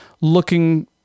looking